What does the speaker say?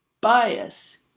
bias